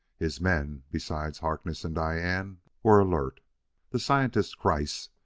his men, beside harkness and diane, were alert the scientist, kreiss,